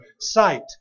sight